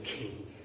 King